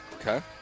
Okay